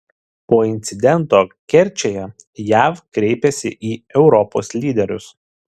po incidento kerčėje jav kreipiasi į europos lyderius